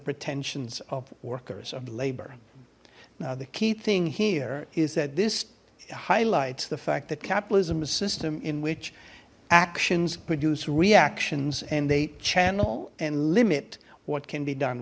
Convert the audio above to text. pretensions of workers of labor now the key thing here is that this highlights the fact that capitalism a system in which actions produce reactions and a channel and limit what can be done